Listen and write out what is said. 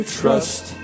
trust